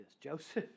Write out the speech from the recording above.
Joseph